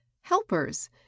helpers